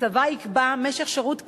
הצבא יקבע משך שירות כללי,